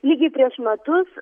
lygiai prieš metus